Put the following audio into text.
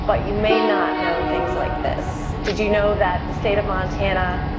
but you may not know things like this did you know that the state of montana,